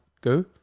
go